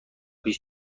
پیش